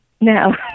No